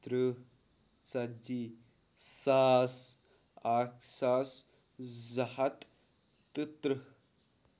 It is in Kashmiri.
تٕرٛہ ژَتجی ساس اَکھ ساس زٕ ہَتھ تہٕ تٕرٛہ